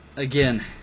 again